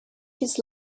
his